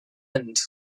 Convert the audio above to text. end